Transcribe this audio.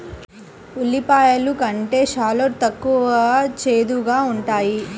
ఉల్లిపాయలు కంటే షాలోట్ తక్కువ చేదుగా ఉంటాయి